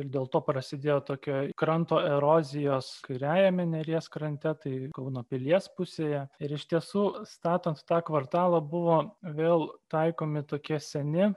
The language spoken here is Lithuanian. ir dėl to prasidėjo tokia kranto erozijos kairiajame neries krante tai kauno pilies pusėje ir iš tiesų statant tą kvartalą buvo vėl taikomi tokie seni